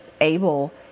able